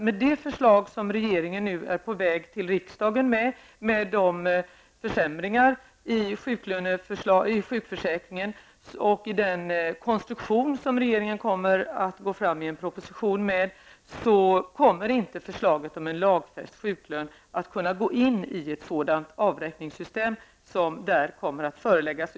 Med det förslag som regeringen nu är på väg till riksdagen med -- med de försämringar i sjukförsäkringen och den konstruktion som regeringen kommer att presentera i en proposition -- kommer inte förslaget om en lagfäst sjuklön att passa in i ett sådant avräkningssystem som kommer att föreläggas.